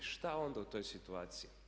Šta onda u toj situaciji?